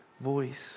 voice